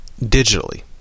Digitally